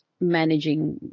managing